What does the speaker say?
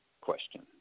question